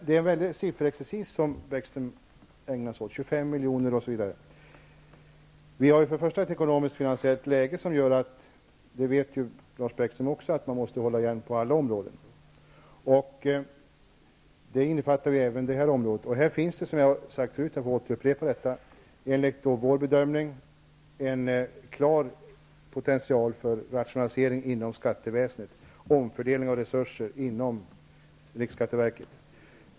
Det är en väldig sifferexercis som Bäckström ägnar sig åt. Först och främst har vi ett ekonomiskfinansiellt läge som gör att man måste hålla igen på alla områden -- det vet ju Lars Bäckström också. Det innefattar även det här området. Här finns det, som jag har sagt förut, enligt vår bedömning en klar potential för rationalisering inom skatteväsendet, för omfördelning av resurser inom riksskatteverket.